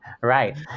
Right